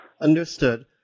understood